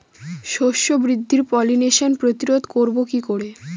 শস্য বৃদ্ধির পলিনেশান প্রতিরোধ করব কি করে?